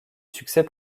succès